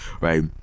right